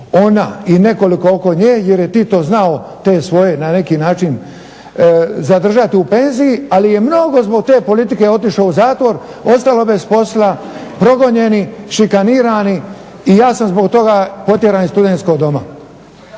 ona i nekoliko oko nje jer je Tito znao te svoje na neki način zadržati u penziji, ali je mnogo zbog te politike otišlo u zatvor, ostalo bez posla, progonjeni, šikanirani i ja sam zbog toga protjeran iz studentskog doma.